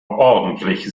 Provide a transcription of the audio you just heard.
ordentlich